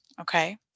Okay